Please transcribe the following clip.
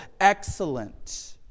excellent